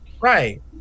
right